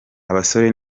abasore